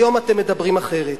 היום אתם מדברים אחרת.